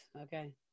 Okay